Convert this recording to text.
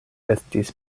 estis